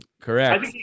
correct